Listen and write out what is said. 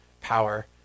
power